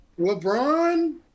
LeBron